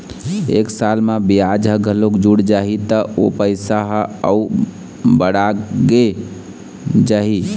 एक साल म बियाज ह घलोक जुड़ जाही त ओ पइसा ह अउ बाड़गे जाही